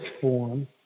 form